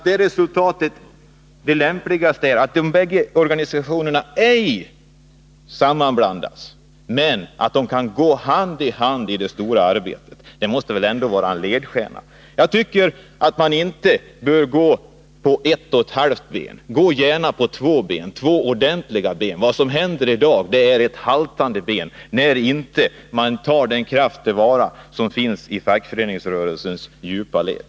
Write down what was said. Det lämpligaste är att de bägge organisationerna ej sammanblandas, men att de kan gå hand i handi det stora arbetet. Detta måste väl vara ledstjärnan. Jag tycker att man inte bör gå på ett och ett halvt ben. Gå gärna på två ordentliga ben! Vad som händer i dag är att man går med ett haltande ben, eftersom man inte tar till vara den kraft som finns i fackföreningsrörelsens djupa led.